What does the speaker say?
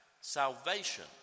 Salvation